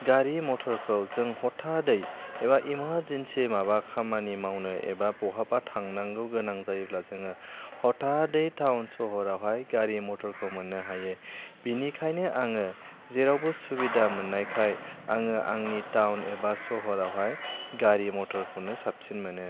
गारि मटरखौ जों हथादयै एबा इमारजिन्सियै माबा खामानि मावनो एबा बहाबा थांनांगौ गोनां जायोब्ला जोङो हथादयै टाउन सहरावहाय गारि मटरखौ मोन्नो हायो बिनिखायनो आङो जेरावबो सुबिदा मोन्नायखाय आङो आंनि टाउन एबा सहरावहाय गारि मटरखौनो साबसिन मोनो